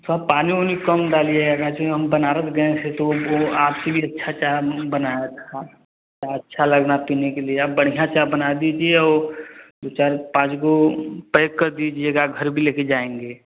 थोड़ा पानी वानी कम डालिएगा क्योंकि हम बनारस गएँ थे तो वो आपसे भी अच्छा चाय मस्त बनाया था चा अच्छा लगा पीने के लिए आप बढ़िया चाय बना दीजिए और दो चार पाँच बू पएक कर दीजिएगा घर भी लेके जाएँगे